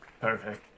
perfect